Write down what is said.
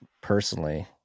personally